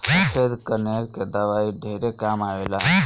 सफ़ेद कनेर के दवाई ढेरे काम आवेल